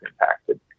impacted